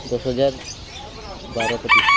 ଦଶ ହଜାର ବାର ପଚିଶି